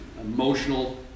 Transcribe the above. emotional